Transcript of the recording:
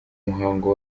muhango